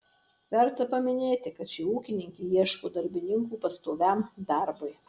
verta paminėti kad ši ūkininkė ieško darbininkų pastoviam darbui